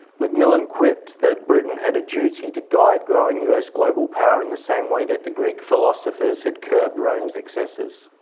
macmillan quipped that britain had a duty to guide growing us global power in the same way that the greek philosophers had curbed rome's excesses.